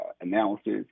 analysis